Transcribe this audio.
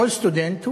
כל סטודנט,